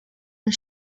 and